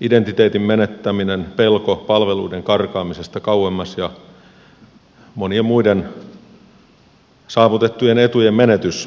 identiteetin menettäminen pelko palveluiden karkaamisesta kauemmas ja monien muiden saavutettujen etujen menetys